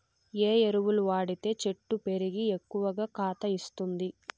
ఏ ఎరువులు వాడితే చెట్టు పెరిగి ఎక్కువగా కాత ఇస్తుంది?